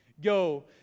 go